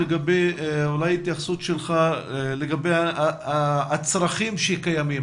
אולי התייחסות שלך לגבי הצרכים שקיימים.